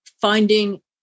finding